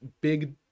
big